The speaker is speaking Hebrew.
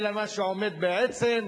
אלא מה שעומד בעצם,